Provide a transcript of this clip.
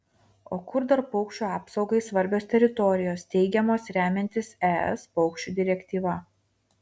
o kur dar paukščių apsaugai svarbios teritorijos steigiamos remiantis es paukščių direktyva